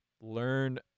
learn